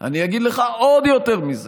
אני אגיד לך עוד יותר מזה,